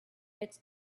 its